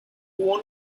who